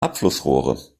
abflussrohre